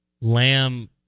lamb